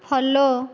follow